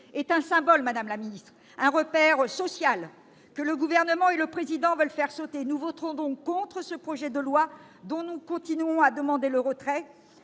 est un symbole, madame la ministre ; c'est un repère social que le Gouvernement et le Président de la République veulent faire sauter. Nous voterons contre ce projet de loi dont nous continuons à demander le retrait.